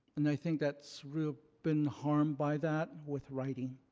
and i think that's really been harmed by that with writing,